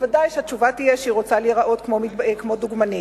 ודאי שהתשובה תהיה שהיא רוצה להיראות כמו דוגמנית.